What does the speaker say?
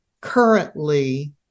currently